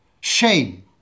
shame